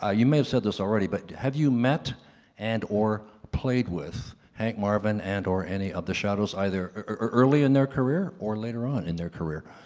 ah you may have said this already, but have you met and or played with hank marvin and or any of the shadows, either early in their career or later on in their career?